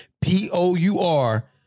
P-O-U-R